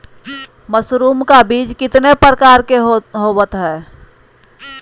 Mushroom का बीज कितने प्रकार के होते है?